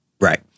right